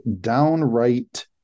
downright